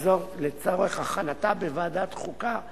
וזאת לצורך הכנתה של הצעת החוק בוועדת חוקה,